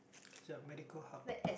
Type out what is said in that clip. ya medical hub